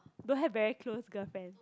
don't have very close girlfriend